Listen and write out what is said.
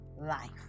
life